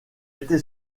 été